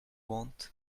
want